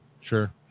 Sure